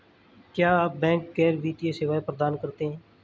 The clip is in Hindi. क्या बैंक गैर वित्तीय सेवाएं प्रदान करते हैं?